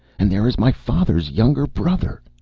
and there is my father's younger brother!